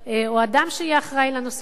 או אדם שיהיה אחראי לנושא הזה.